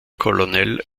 colonel